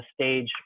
stage